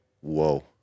Whoa